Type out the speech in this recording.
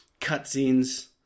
Cutscenes